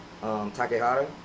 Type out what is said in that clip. Takehara